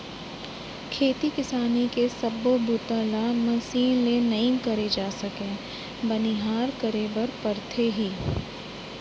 खेती किसानी के सब्बो बूता ल मसीन ले नइ करे जा सके बनिहार करे बर परथे ही